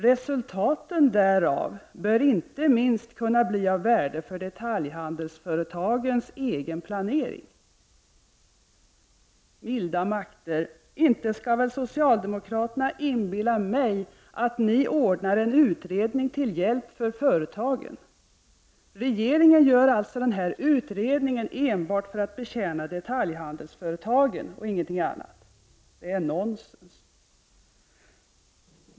Resultaten därav bör inte minst kunna bli av värde för detaljhandelsföretagens egen planering.” Milda makter! Inte skall väl socialdemokraterna inbilla mig att de ordnar en utredning till hjälp för företagen. Regeringen gör alltså den här utredningen enbart för att betjäna detaljhandelsföretagen och ingenting annat. Det är nonsens!